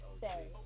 say